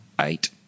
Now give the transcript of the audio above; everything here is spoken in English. eight